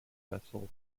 vessel